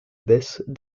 baisse